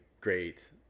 great